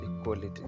equality